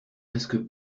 presque